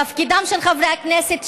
תפקידם של חברי הכנסת,